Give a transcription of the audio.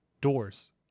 Doors